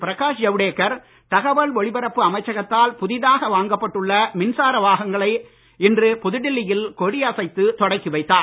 பிரகாஷ் ஜவடேக்கர் தகவல் ஒலிபரப்பு அமைச்சகத்தால் புதிதாக வாங்கப்பட்டுள்ள மின்சார வாகனங்களை இன்று புதுடெல்லியில் கொடி அசைத்து தொடக்கி வைத்தார்